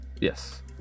Yes